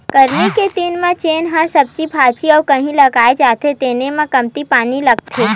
गरमी के दिन म जेन ह सब्जी भाजी अउ कहि लगाए जाथे तेन म कमती पानी लागथे